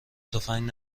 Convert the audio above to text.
تفنگ